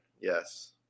Yes